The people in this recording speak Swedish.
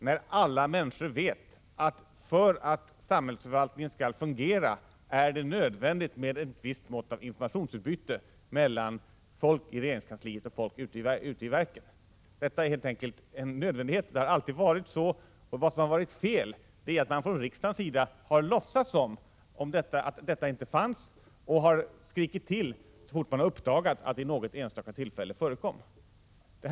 Men alla människor vet att för att samhällsförvaltningen skall fungera är det helt enkelt nödvändigt med ett visst mått av informationsutbyte mellan folk i regeringskansliet och folk ute i verken. Det har alltid förhållit sig så. Vad som varit fel är att riksdagen låtsats som om detta inte förekom och har skrikit till så fort man uppdagat att det vid något enstaka tillfälle ägt rum.